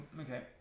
Okay